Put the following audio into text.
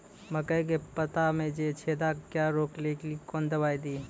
मकई के पता मे जे छेदा क्या रोक ले ली कौन दवाई दी?